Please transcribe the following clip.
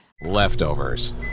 Leftovers